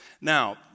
Now